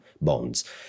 bonds